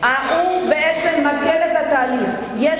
את זה גם בחוץ-לארץ?